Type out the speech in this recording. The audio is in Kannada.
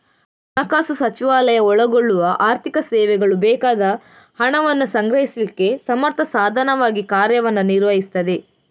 ಹಣಕಾಸು ಸಚಿವಾಲಯ ಒಳಗೊಳ್ಳುವ ಆರ್ಥಿಕ ಸೇವೆಗಳು ಬೇಕಾದ ಹಣವನ್ನ ಸಂಗ್ರಹಿಸ್ಲಿಕ್ಕೆ ಸಮರ್ಥ ಸಾಧನವಾಗಿ ಕಾರ್ಯವನ್ನ ನಿರ್ವಹಿಸ್ತದೆ